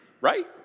right